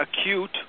acute